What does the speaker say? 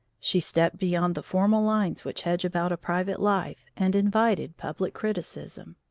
she stepped beyond the formal lines which hedge about a private life, and invited public criticism.